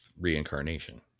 reincarnation